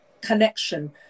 connection